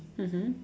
mmhmm